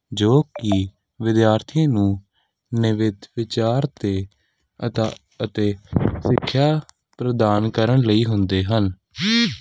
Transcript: ਜੋ ਕਿ ਵਿਦਿਆਰਥੀ ਨੂੰ ਨਿਵਿਤ ਵਿਚਾਰ ਅਤੇ ਅਤਾ ਅਤੇ ਸਿੱਖਿਆ ਪ੍ਰਦਾਨ ਕਰਨ ਲਈ ਹੁੰਦੇ ਹਨ